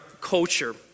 culture